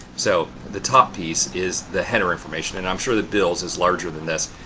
so the top piece is the header information, and i'm sure that bill's is larger than this.